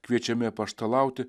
kviečiami apaštalauti